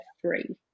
three